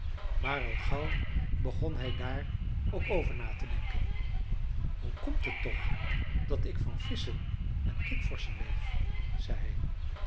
maar al gauw begon hij daar ook over na te denken hoe komt het toch dat ik van visschen en kikvorschen leef zei